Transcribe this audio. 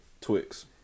twix